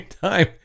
time